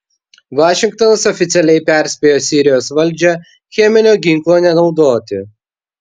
vašingtonas oficialiai perspėjo sirijos valdžią cheminio ginklo nenaudoti